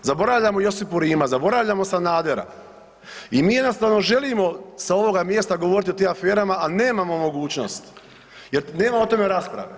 Zaboravljamo Josipu Rimac, zaboravljamo Sanadera i mi jednostavno želimo sa ovoga mjesta govoriti o tim aferama, a nemamo mogućnost jer nema o tome rasprave.